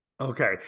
Okay